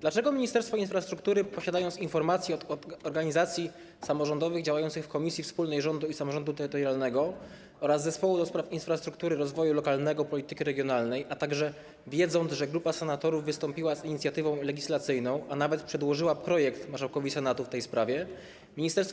Dlaczego Ministerstwo Infrastruktury, posiadając informację od organizacji samorządowych działających w Komisji Wspólnej Rządu i Samorządu Terytorialnego oraz zespołu ds. infrastruktury rozwoju lokalnego, polityki regionalnej, a także wiedząc, że grupa senatorów wystąpiła z inicjatywą legislacyjną, a nawet przedłożyła projekt marszałkowi Senatu w tej sprawie,